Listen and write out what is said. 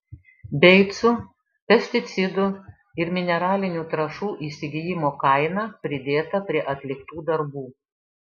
beicų pesticidų ir mineralinių trąšų įsigijimo kaina pridėta prie atliktų darbų